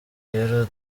rero